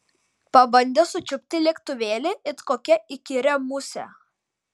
pabandė sučiupti lėktuvėlį it kokią įkyrią musę